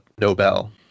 Nobel